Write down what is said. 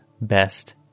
best